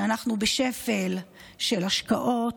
שאנחנו בשפל של השקעות,